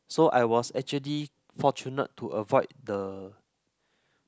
so I was actually fortunate to avoid the